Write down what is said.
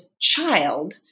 child